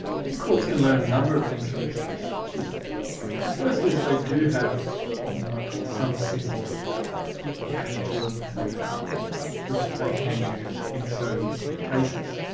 i think courts can learn a number of things from this research. the first is that they do have what we might call some symbolic power or attitudinal power which they can use in certain cases.